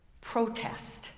protest